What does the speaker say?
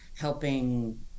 helping